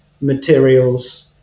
materials